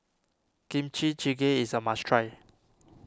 Kimchi Jjigae is a must try